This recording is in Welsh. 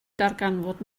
darganfod